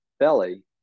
Belly